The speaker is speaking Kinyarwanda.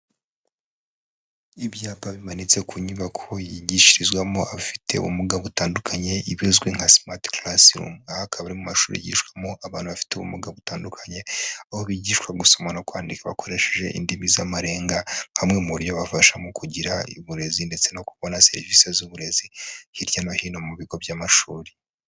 Ibyapa bimanitse ku nyubako yigishirizwamo, Abafite ubumuga butandukanye, ibizwi nka smart classroom. Aha hakaba mu mashuri yigishwamo, abantu bafite ubumuga butandukanye. Aho bigishwa gusoma no kwandika bakoresheje, indimi z'amarenga. Hamwe mu buryo bafasha mu kugira uburezi, ndetse no kubona serivisi z'uburezi. Hirya no hino mu bigo by'amashuri.